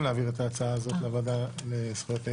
להעביר את ההצעה הזאת לוועדה לזכויות הילד.